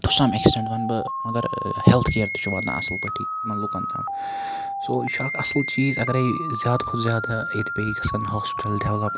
to some extent وَنہٕ بہٕ مَگَر ہیٚلتھ کیر تہِ چھُ وَاتان اصل پٲٹھی یِمَن لُکَن تام سو یہِ چھ اکھ اصل چیٖز اَگَرے زیادٕ کھۄتہٕ زیاد ٕییٚتہِ بیٚیہِ گَژھَن ہوسپَٹَل ڈیولَپ